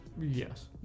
Yes